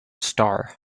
star